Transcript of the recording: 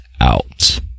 out